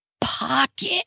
pocket